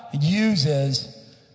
uses